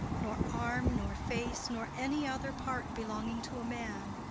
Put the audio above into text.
nor arm, nor face, nor any other part belonging to a man.